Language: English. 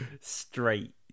straight